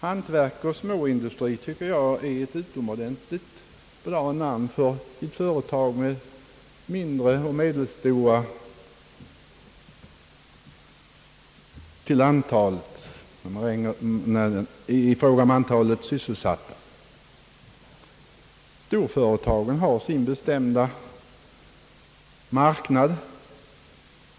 Hantverk och småindustri tycker jag är ett utomordentligt bra namn på företag som i fråga om antalet sysselsatta tillhör de mindre och medelstora. Storföretagen har sin bestämda marknad.